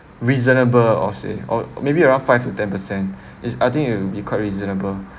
reasonable or say or maybe around five to ten percent is I think it'll be quite reasonable